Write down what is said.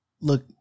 look